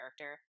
character